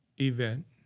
event